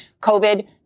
COVID